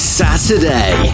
saturday